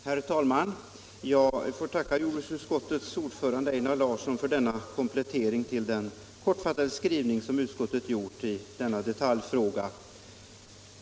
Herr talman! Jag får tacka jordbruksutskottets ordförande Einar Larsson för denna komplettering till den kortfattade skrivning som utskottet har gjort i denna fråga.